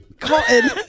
cotton